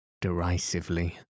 derisively